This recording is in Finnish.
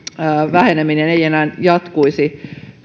väheneminen ei enää jatkuisi